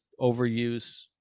overuse